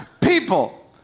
people